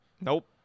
Nope